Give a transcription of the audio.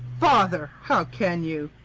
father! how can you!